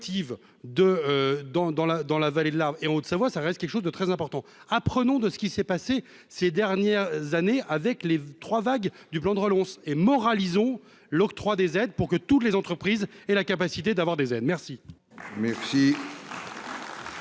dans la vallée de la et Haute-Savoie ça reste quelque chose de très important, apprenons de ce qui s'est passé ces dernières années avec les 3 vague du plan de relance et morale ont l'octroi des aides pour que toutes les entreprises et la capacité d'avoir des aides merci.